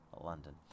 London